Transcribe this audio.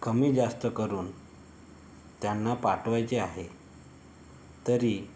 कमी जास्त करून त्यांना पाठवायचे आहे तरी